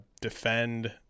defend